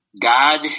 God